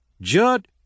Judd